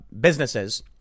businesses